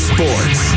Sports